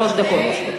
הדיבור.